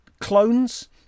clones